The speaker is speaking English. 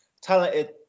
Talented